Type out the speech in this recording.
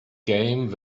game